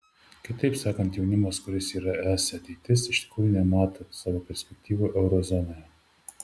kitaip sakant jaunimas kuris yra es ateitis iš tikrųjų nemato savo perspektyvų euro zonoje